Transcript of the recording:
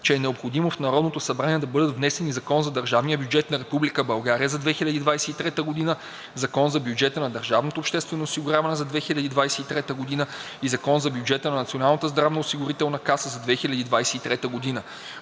че е необходимо в Народното събрание да бъдат внесени Закон за държавния бюджет на Република България за 2023 г., Закон за бюджета на държавното обществено осигуряване за 2023 г. и Закон за бюджета на Националната здравноосигурителна каса за 2023 г.